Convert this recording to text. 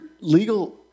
legal